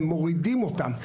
הם מורידים אותם,